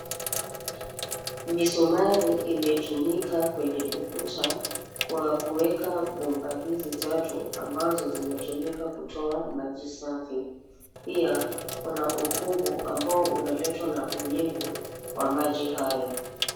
Misumari imetumika kwenye ukuta kwa kuweka bomba hizi tatu, ambazo zinatumika kutoa maji safi. Pia kuna ukungu ambao unaletwa na unyevu wa maji hayo.